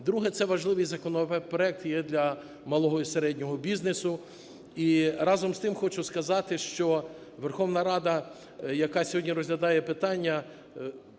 Друге - це важливий законопроект для малого і середнього бізнесу. І, разом з тим, хочу сказати, що Верховна Рада, яка сьогодні розглядає питання,